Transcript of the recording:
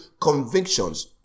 convictions